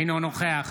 אינו נוכח